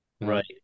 right